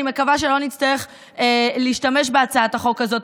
אני מקווה שלא נצטרך להשתמש בהצעת החוק הזאת,